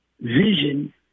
vision